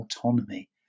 autonomy